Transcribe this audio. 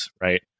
right